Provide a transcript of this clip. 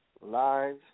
Live